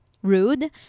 rude